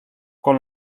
con